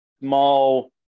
small